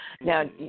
Now